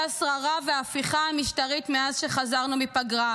השררה וההפיכה המשטרית מאז שחזרנו מפגרה?